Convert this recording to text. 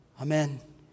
amen